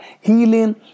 healing